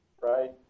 right